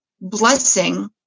blessing